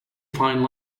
fine